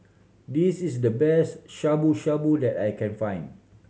this is the best Shabu Shabu that I can find